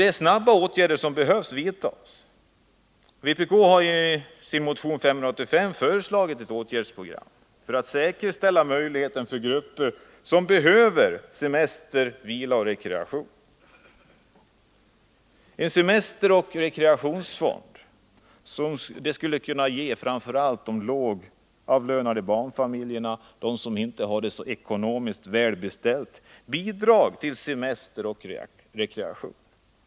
Det är snabba åtgärder som behöver vidtas. Vpk har i sin motion 586 föreslagit ett åtgärdsprogram för att säkerställa möjligheterna till semester med vila och rekreation för de grupper som behöver det. En semesteroch rekreationsfond skulle ge framför allt de lågavlönade barnfamiljerna och andra som inte har det ekonomiskt så välbeställt bidrag till semester och rekreation.